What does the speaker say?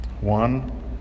One